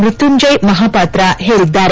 ಮ್ಮತ್ಯುಂಜಯ ಮಹಾಪಾತ್ರ ಹೇಳಿದ್ದಾರೆ